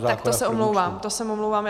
Tak to se omlouvám, to se omlouvám.